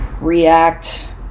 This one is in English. React